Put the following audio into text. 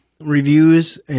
reviews